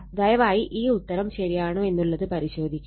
ദയവായി ഈ ഉത്തരം ശരിയാണോ എന്നുള്ളത് പരിശോധിക്കുക